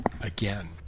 Again